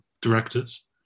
directors